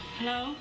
Hello